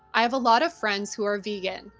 i have a lot of friends who are vegan.